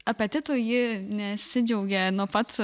apetitu ji nesidžiaugė nuo pat